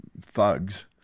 thugs